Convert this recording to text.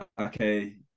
okay